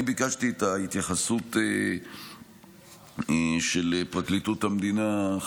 אני ביקשתי את ההתייחסות של פרקליטות המדינה לדברים,